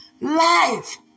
life